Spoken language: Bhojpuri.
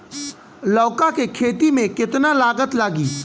लौका के खेती में केतना लागत लागी?